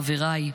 חבריי,